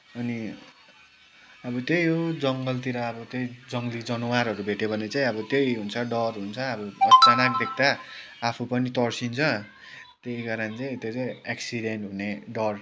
अनि अब त्यही हो जङ्गलतिर अब त्यही जङ्गली जनावरहरू भेट्यो भने चाहिँ अब त्यही हुन्छ डर हुन्छ अब अचानक देख्दा आफू पनि तर्सिन्छ त्यही कारण चाहिँ त्यो चाहिँ एक्सिडेन्ट हुने डर